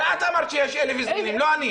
את אמרת שיש 1,000 זמינים, לא אני.